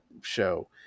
show